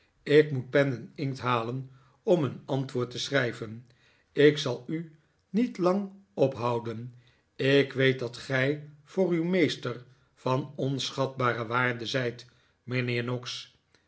ik moet pen en inkt halen om een antwoord te schrijven ik zal u niet lang ophouden ik weet dat gij voor uw meester van onschatbare waarde zijt mijnheer noggs